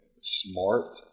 smart